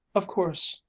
of course,